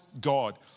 God